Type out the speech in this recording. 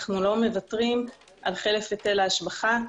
אנו לא מוותרים על חלף היטל ההשבחה.